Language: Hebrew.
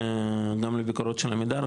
גם לביקורת של עמידר,